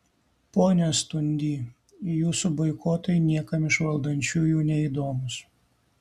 pone stundy jūsų boikotai niekam iš valdančiųjų neįdomūs